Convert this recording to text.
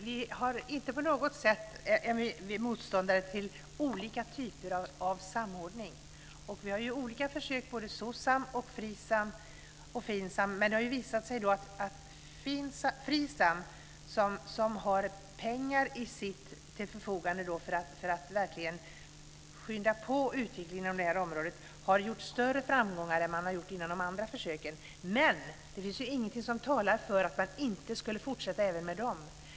Fru talman! Vi är inte på något sätt motståndare till olika typer av samordning. Vi har olika försök, både Socsam, Frisam och Finsam. Det har visat sig att Frisam, som har pengar till förfogande för att skynda på utvecklingen inom området, har gjort större framgångar än inom de andra försöken, men det finns ingenting som talar för att man inte ska fortsätta med dem.